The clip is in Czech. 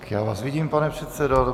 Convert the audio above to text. Já vás vidím, pane předsedo.